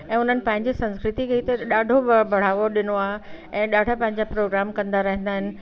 ऐं हुननि पंहिंजे संस्कृति खे हिते ॾाढो बड़ावो ॾिनो आहे ऐं ॾाढा पंहिंजा प्रोग्राम कंदा रहिंदा आहिनि